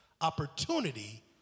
opportunity